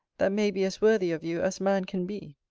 that may be as worthy of you, as man can be!